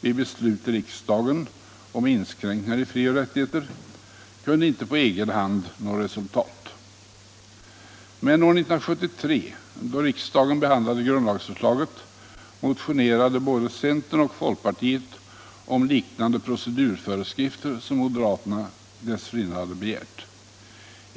vid beslut i riksdagen om inskränkningar i frioch rättigheterna, kunde inte på egen hand nå resultat. Men år 1973, då riksdagen behandlade grundlagsförslaget, motionerade både centern och folkpartiet om liknande procedurföreskrift som moderaterna dessförinnan hade begärt.